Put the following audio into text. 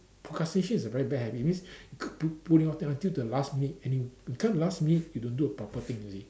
procrastination is a very bad habit it means you k~ pu~ putting off until the last minute and it becomes the last minute you don't do a proper thing you see